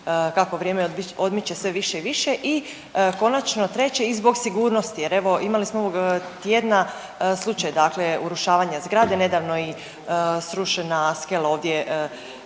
kako vrijeme odmiče sve više i više. I konačno treće i zbog sigurnosti jer evo imali smo ovog tjedna slučaj dakle urušavanja zgrade, nedavno je i srušena skela ovdje